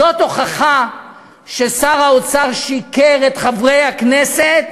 זאת הוכחה ששר האוצר שיקר לחברי הכנסת,